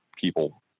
people